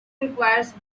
requires